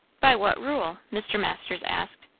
by what rule? mr. masters asked.